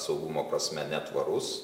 saugumo prasme netvarus